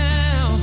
now